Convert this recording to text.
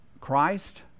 Christ